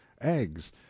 eggs—